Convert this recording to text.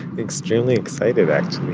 extremely excited actually